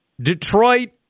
Detroit